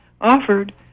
offered